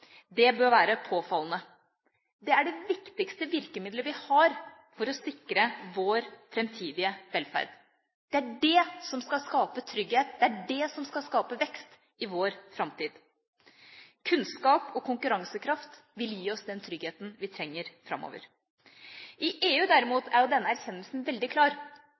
Det bør være påfallende. Det er det viktigste virkemidlet vi har for å sikre vår framtidige velferd. Det er det som skal skape trygghet. Det er det som skal skape vekst i vår framtid. Kunnskap og konkurransekraft vil gi oss den tryggheten vi trenger framover. I EU, derimot, er denne erkjennelsen veldig klar.